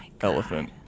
elephant